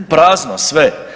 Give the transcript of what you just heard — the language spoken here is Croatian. Prazno sve.